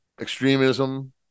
extremism